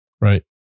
Right